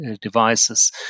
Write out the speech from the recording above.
devices